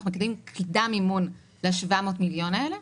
נקבל קדם מימון ל-700 מיליון האלה.